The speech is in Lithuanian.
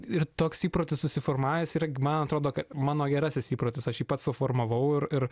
ir toks įprotis susiformavęs yra man atrodo kad mano gerasis įprotis aš jį pats suformavau ir ir